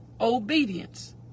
obedience